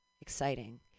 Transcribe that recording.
exciting